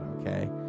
okay